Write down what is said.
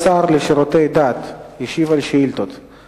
אשר מפרנס כ-500 משפחות באזור ערד,